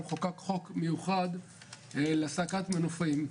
חוקק חוק מיוחד להעסקת מנופאים.